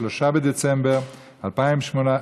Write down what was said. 3 בדצמבר 2018,